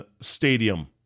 stadium